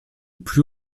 plus